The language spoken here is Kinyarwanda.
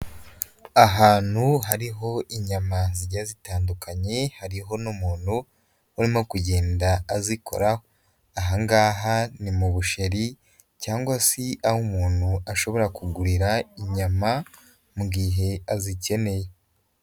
Ahantu hariho inyama zigiye zitandukanye, hariho n'umuntu urimo kugenda azikora, aha ngaha ni mu busheri cyangwa se aho umuntu ashobora kugurira inyama mu gihe azikeneye.